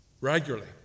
regularly